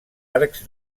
arcs